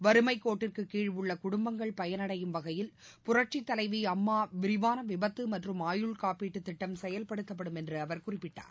வறுமைக்கோட்டிற்கு கீழ் உள்ள குடும்பங்கள் பயனடையும் வகையில் பரட்சித்தலைவி அம்மா விரிவாள விபத்து மற்றும் ஆயுள்காப்பீட்டு திட்டம் செயல்படுத்தப்படும் என்று அவர் குறிப்பிட்டார்